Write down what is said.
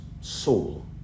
soul